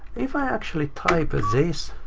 if i actually type ah this